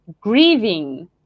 grieving